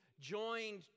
joined